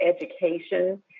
education